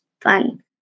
fun